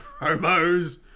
promos